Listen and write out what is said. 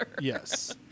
Yes